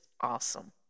awesome